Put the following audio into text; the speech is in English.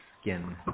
skin